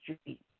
Street